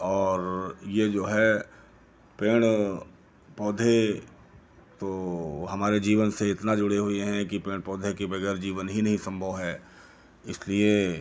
और ये जो है पेड़ पौधे तो हमारे जीवन से इतना जुड़े हुए हैं कि पेड़ पौधे के वगैर जीवन ही नहीं संभव है इसलिए